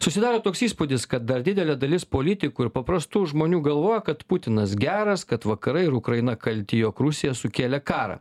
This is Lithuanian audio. susidaro toks įspūdis kad dar didelė dalis politikų ir paprastų žmonių galvoja kad putinas geras kad vakarai ir ukraina kalti jog rusija sukėlė karą